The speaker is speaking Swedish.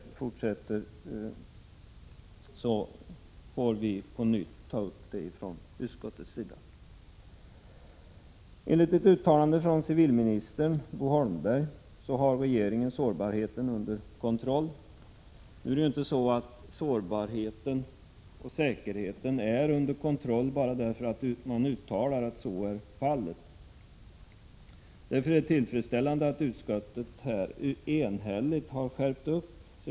Om det fortsätter får vi på nytt ta upp det från utskottets sida. Enligt ett uttalande från civilminister Bo Holmberg har regeringen sårbarheten under kontroll. Nu är naturligtvis inte sårbarheten och säkerheten under kontroll bara därför att någon uttalar att så är fallet. Därför är det tillfredsställande att utskottet enhälligt har skärpt skrivningen på den här = Prot.